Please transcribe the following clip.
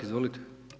Izvolite.